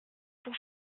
pour